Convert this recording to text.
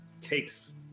takes